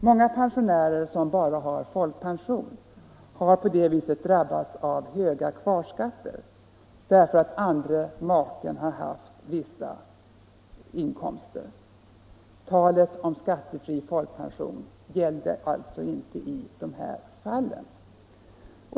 Många pensionärer som bara har folkpension har på det viset drabbats av höga kvarskatter därför att den andre maken haft vissa inkomster. Talet om skattefri folkpension gällde alltså inte i de fallen.